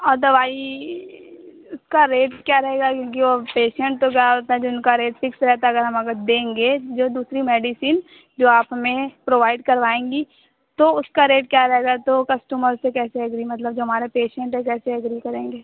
और दवाई उसका रेट क्या रहेगा क्योंकि वो पेसेन्ट तो क्या होता है जिनका रेट फ़िक्स रहता है अगर हम अगर देंगे जो दूसरी मेडिसिन जो आप हमें प्रोवाइड करवाएँगी तो उसका रेट क्या रहेगा तो कस्टमर से कैसे एग्री मतलब जो हमारा पेशेन्ट है कैसे एग्री करेंगे